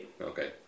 Okay